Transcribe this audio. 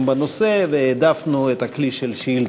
בנושא והעדפנו את הכלי של שאילתה.